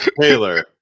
Taylor